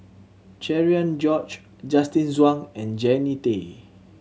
Cherian George Justin Zhuang and Jannie Tay